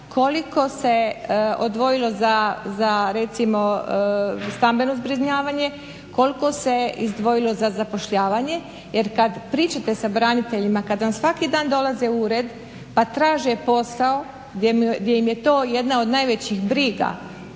koliko se odvojilo za recimo stambeno zbrinjavanje, koliko se izdvojilo za zapošljavanje jer kada pričate sa braniteljima kada vam svaki dan dolaze u ured pa traže posao gdje im je to jedna od najvećih briga,